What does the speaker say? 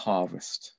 Harvest